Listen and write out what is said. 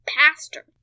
pastor